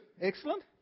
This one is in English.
excellent